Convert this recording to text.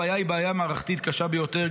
הבעיה היא בעיה מערכתית קשה ביותר,